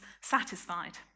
satisfied